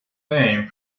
name